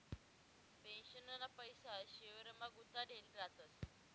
पेन्शनना पैसा शेयरमा गुताडेल रातस